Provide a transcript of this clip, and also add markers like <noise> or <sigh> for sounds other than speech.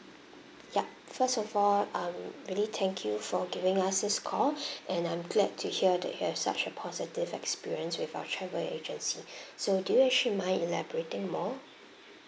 yup first of all um really thank you for giving us this call <breath> and I'm glad to hear that you had such a positive experience with our travel agency <breath> so do you actually mind elaborating more